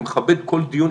אני מכבד כל דיון,